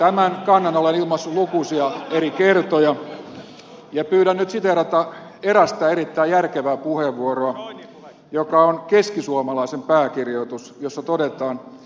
tämän kannan olen ilmaissut lukuisia eri kertoja ja pyydän nyt saada siteerata erästä erittäin järkevää puheenvuoroa joka on keskisuomalaisen pääkirjoitus jossa todetaan